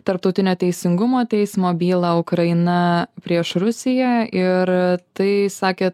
tarptautinio teisingumo teismo bylą ukraina prieš rusiją ir tai sakėt